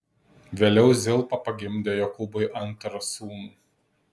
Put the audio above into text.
vėliau zilpa pagimdė jokūbui antrą sūnų